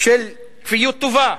של כפיות טובה.